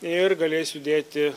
ir galės judėti